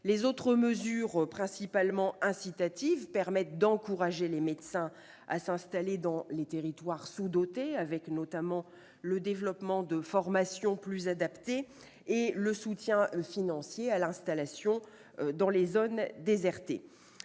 Les autres mesures principalement incitatives permettent d'encourager les médecins à s'installer dans les territoires sous-dotés, notamment le développement de formations plus adaptées et le soutien financier à l'installation dans les zones désertées.